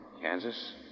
Kansas